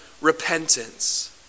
repentance